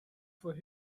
for